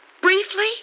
Briefly